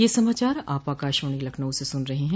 ब्रे क यह समाचार आप आकाशवाणी लखनऊ से सुन रहे हैं